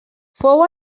fou